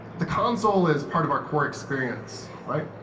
the console is part of our core experience. right?